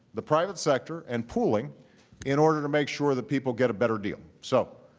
the private sector and pooling in order to make sure that people get a better deal. so,